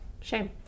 Shame